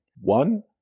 One